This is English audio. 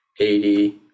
80